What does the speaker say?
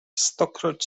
stokroć